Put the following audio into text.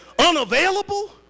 unavailable